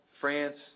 France